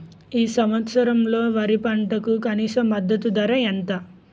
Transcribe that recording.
ఈ సంవత్సరంలో వరి పంటకు కనీస మద్దతు ధర ఎంత?